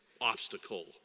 obstacle